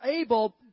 able